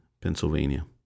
Pennsylvania